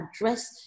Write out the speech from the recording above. address